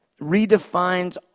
Redefines